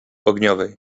ogniowej